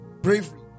bravery